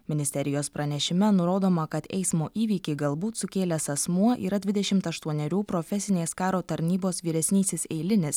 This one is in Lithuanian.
ministerijos pranešime nurodoma kad eismo įvykį galbūt sukėlęs asmuo yra dvidešimt aštuonerių profesinės karo tarnybos vyresnysis eilinis